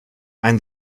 ein